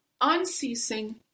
Unceasing